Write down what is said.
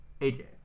aj